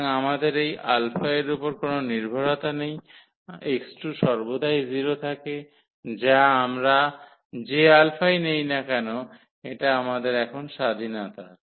সুতরাং আমাদের এই α এর উপর কোনও নির্ভরতা নেই x2 সর্বদাই 0 থাকে যা আমরা যে α ই নেই না কেন এটা আমাদের এখন স্বাধীনতা